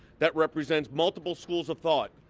that represents multiple schools of thought.